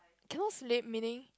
cannot sleep meaning